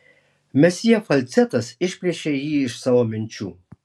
mesjė falcetas išplėšė jį iš savo minčių